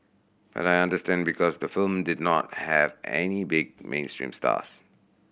but I understand because the film did not have any big mainstream stars